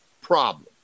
problem